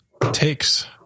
Takes